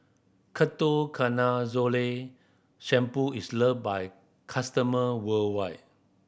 Ketoconazole Shampoo is loved by customer worldwide